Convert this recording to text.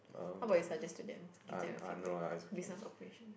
how about you suggest to them give them a feedback business operation